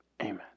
amen